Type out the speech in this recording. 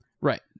Right